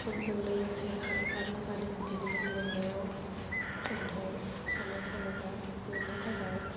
समजों लोगोसे खारफानो जानो बिदिनो लिरनायाव खन्थाइ सल' सल'मा लिरनो थाखाय